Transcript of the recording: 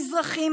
מזרחים,